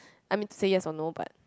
I mean say yes or no but